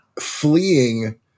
fleeing